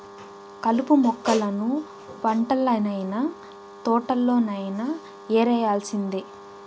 కలుపు మొక్కలను పంటల్లనైన, తోటల్లోనైన యేరేయాల్సిందే